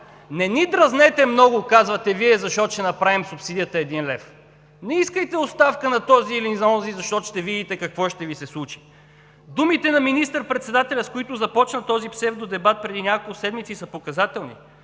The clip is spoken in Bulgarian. Не ни дразнете много, казвате Вие, защото ще направим субсидията един лев, не искайте оставка на този или на онзи, защото ще видите какво ще Ви се случи. Думите на министър-председателя, с които започна този псевдодебат преди няколко седмици, са показателни.